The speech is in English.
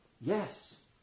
yes